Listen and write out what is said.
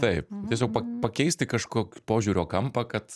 taip tiesiog pa pakeisti kažkok požiūrio kampą kad